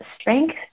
strength